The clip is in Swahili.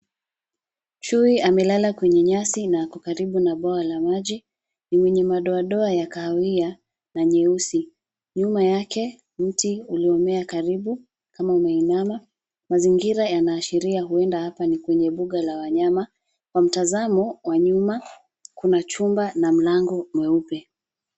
Chui amelala kwenye nyasi na ako karibu na bwawa la maji, ni mwenye madoadoa ya kahawia na nyeusi. Nyuma yake mti uliomea karibu kama umeinama. Mazingira yanaashiria huenda hapa ni kwenye mbuga la wanyama. Kwa mtazamo wa nyuma kuna chumba na mlango mweupe.